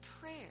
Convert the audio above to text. prayer